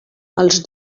els